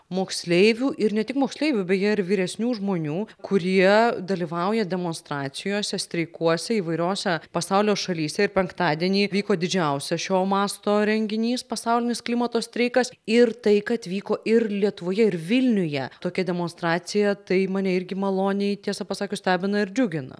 moksleivių ir ne tik moksleivių beje ir vyresnių žmonių kurie dalyvauja demonstracijose streikuose įvairiose pasaulio šalyse ir penktadienį vyko didžiausias šio masto renginys pasaulinis klimato streikas ir tai kad vyko ir lietuvoje ir vilniuje tokia demonstracija tai mane irgi maloniai tiesą pasakius stebina ir džiugina